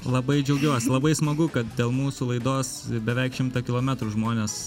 labai džiaugiuosi labai smagu kad dėl mūsų laidos beveik šimtą kilometrų žmonės